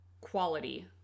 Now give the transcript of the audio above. quality